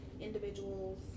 individuals